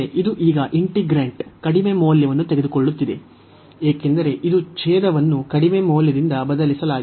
ಇದು ಈಗ ಇಂಟಿಗ್ರೇಂಟ್ ಕಡಿಮೆ ಮೌಲ್ಯವನ್ನು ತೆಗೆದುಕೊಳ್ಳುತ್ತಿದೆ ಏಕೆಂದರೆ ಇದು ಛೇದವನ್ನು ಕಡಿಮೆ ಮೌಲ್ಯದಿಂದ ಬದಲಾಯಿಸಲಾಗಿದೆ